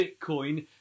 Bitcoin